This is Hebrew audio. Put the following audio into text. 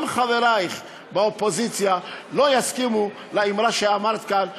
גם חברייך באופוזיציה לא יסכימו לאמירה שאמרת כאן,